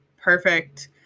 perfect